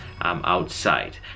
outside